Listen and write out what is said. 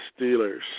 Steelers